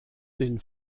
den